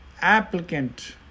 applicant